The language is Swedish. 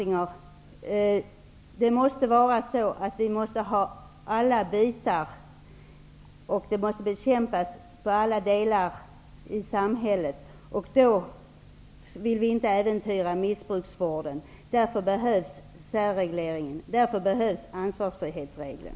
Nej, Jerry Martinger, narkotikan måste bekämpas i alla delar av samhället. Vi vill därför inte äventyra missbrukarvården. Därför behövs särregleringen och ansvarsfrihetsregeln.